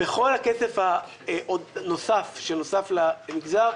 בכל הכסף הנוסף שנוסף למגזר,